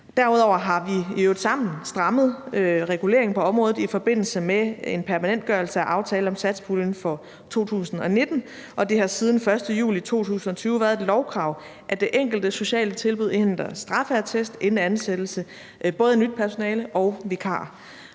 Derudover har vi i øvrigt sammen strammet reguleringen på området i forbindelse med en permanentgørelse af aftalen om satspuljen for 2019, og det har siden den 1. juli 2020 været et lovkrav, at det enkelte sociale tilbud indhenter straffeattest inden ansættelse både af nyt personale og vikarer.